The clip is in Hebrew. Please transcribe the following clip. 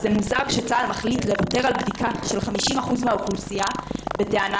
מוזר שצה"ל מחליט לוותר על בדיקה של 50% מן האוכלוסייה בטענה